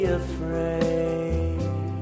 afraid